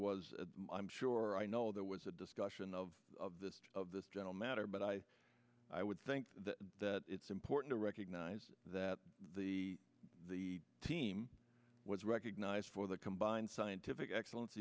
was i'm sure i know there was a discussion of this of the general matter but i i would think that it's important to recognize that the the team was recognized for the combined scientific excellen